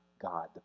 God